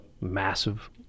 massive